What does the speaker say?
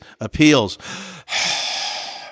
appeals